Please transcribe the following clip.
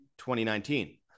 2019